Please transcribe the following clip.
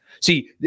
See